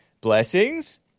Blessings